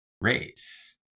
race